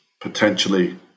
potentially